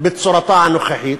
בצורתה הנוכחית.